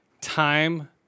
time